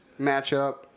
matchup